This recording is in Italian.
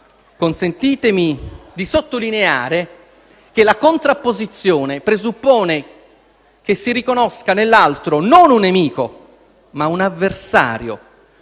Consentitemi di sottolineare che la contrapposizione presuppone che si riconosca nell'altro non un nemico, ma un avversario,